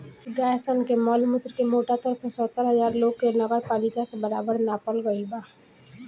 गाय सन के मल मूत्र के मोटा तौर पर सत्तर हजार लोग के नगरपालिका के बराबर नापल गईल बा